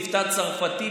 מבטא צרפתי,